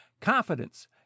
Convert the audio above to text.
Confidence